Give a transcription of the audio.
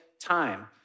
time